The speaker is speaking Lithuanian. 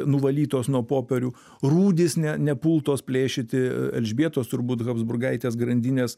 nuvalytos nuo popierių rūdys ne nepultos plėšyti elžbietos turbūt habsburgaitės grandinės